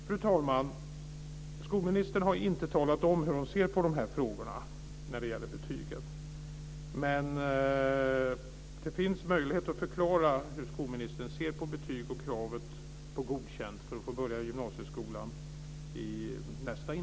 Fru talman! Skolministern har inte talat om hur hon ser på dessa frågor om betygen. Det finns möjlighet för skolministern att i nästa inlägg förklara hur hon ser på betyg och kravet på godkänd för att få börja gymnasieskolan.